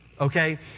Okay